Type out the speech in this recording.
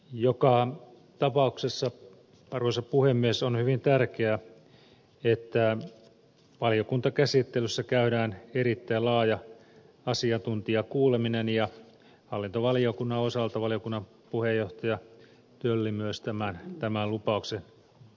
joka tapauksessa arvoisa puhemies on hyvin tärkeää että valiokuntakäsittelyssä käydään erittäin laaja asiantuntijakuuleminen ja hallintovaliokunnan osalta valiokunnan puheenjohtaja tölli myös tämän lupauksen antoi